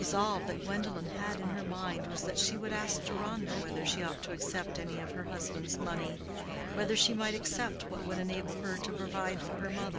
the resolve that gwendolen had in her mind was that she would ask deronda whether she ought to accept any of her husband's money whether she might accept what would enable her to provide for her mother.